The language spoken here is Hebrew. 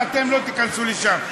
ואתם לא תיכנסו לשם.